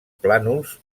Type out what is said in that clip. plànols